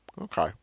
okay